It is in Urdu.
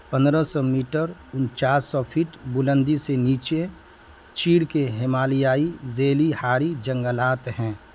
پندرہ سو میٹر انچاس سو فٹ بلندی سے نیچے چیڑ کے ہمالیائی ذیلی حاری جنگلات ہیں